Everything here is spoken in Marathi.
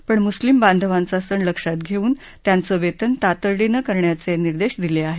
पण मुस्लिम बांधवांचा सण लक्षात घेऊन त्यांचं वेतन तातडीनं करण्याचे निर्देश दिले आहेत